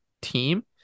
team